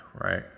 right